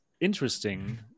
interesting